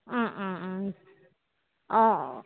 অঁ অঁ অঁ অঁ